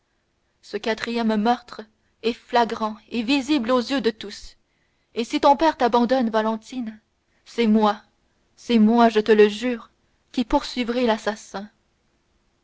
ce quatrième meurtre est flagrant et visible aux yeux de tous et si ton père t'abandonne valentine c'est moi c'est moi je te le jure qui poursuivrai l'assassin